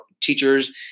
teachers